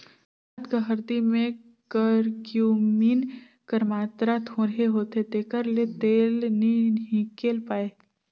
भारत कर हरदी में करक्यूमिन कर मातरा थोरहें होथे तेकर ले तेल नी हिंकेल पाए